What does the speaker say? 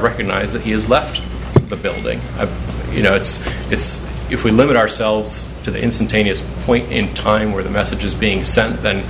recognize that he has left the building you know it's it's if we limit ourselves to the instantaneous point in time where the message is being sent then